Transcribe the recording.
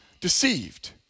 deceived